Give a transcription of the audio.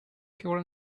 pure